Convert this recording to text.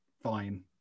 fine